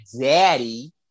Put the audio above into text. daddy